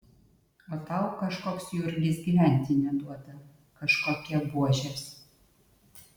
o tau kažkoks jurgis gyventi neduoda kažkokie buožės